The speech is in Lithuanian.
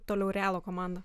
toliau realo komandą